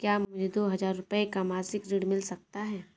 क्या मुझे दो हजार रूपए का मासिक ऋण मिल सकता है?